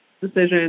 decision